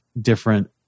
different